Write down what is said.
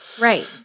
Right